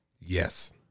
Yes